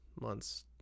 months